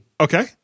Okay